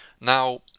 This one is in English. now